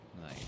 Nice